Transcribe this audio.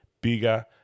Bigger